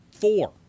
four